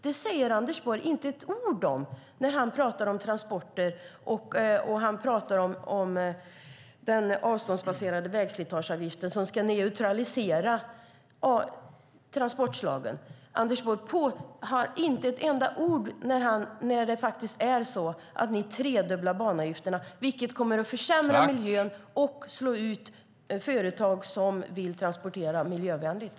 Det säger Anders Borg inte ett ord om när han pratar om transporter och den avståndsbaserade vägslitageavgiften som kan neutralisera transportslagen. Anders Borg nämner inte med ett ord att man tredubblar banavgifterna vilket kommer att försämra miljön och slå ut företag som vill transportera miljövänligt.